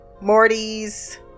morty's